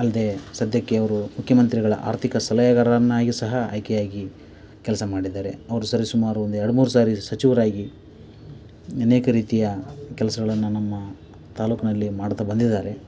ಅಲ್ಲದೇ ಸದ್ಯಕ್ಕೆ ಅವ್ರು ಮುಖ್ಯಮಂತ್ರಿಗಳ ಆರ್ಥಿಕ ಸಲಹೆಗಾರರನ್ನಾಗಿ ಸಹ ಆಯ್ಕೆಯಾಗಿ ಕೆಲಸ ಮಾಡಿದ್ದಾರೆ ಅವರು ಸರಿ ಸುಮಾರು ಒಂದೆರಡು ಮೂರು ಸಾರಿ ಸಚಿವರಾಗಿ ಅನೇಕ ರೀತಿಯ ಕೆಲಸಗಳನ್ನ ನಮ್ಮ ತಾಲೂಕ್ನಲ್ಲಿ ಮಾಡ್ತಾ ಬಂದಿದ್ದಾರೆ